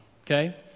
okay